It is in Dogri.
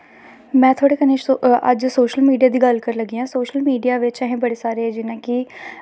में थोआड़े कन्ने अज्ज सोशल मीडिया दी गल्ल करन लग्गी आं सोशल मीडिया बिच्च बड़े सारे जि'यां